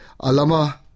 alama